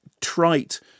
trite